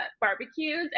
barbecues